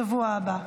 לשבוע הבא.